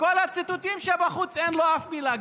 בכל הציטוטים שבחוץ אין לו שום מילה.